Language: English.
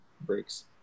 breaks